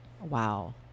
wow